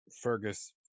Fergus